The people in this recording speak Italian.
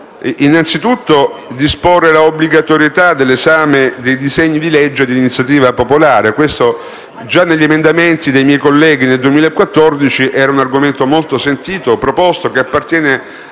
innanzitutto, all'obbligatorietà dell'esame dei disegni di legge di iniziativa popolare. Già negli emendamenti dei miei colleghi nel 2014 questo era un argomento molto sentito e proposto che appartiene